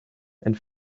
and